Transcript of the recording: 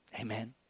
Amen